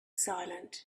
silent